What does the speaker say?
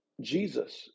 Jesus